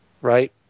right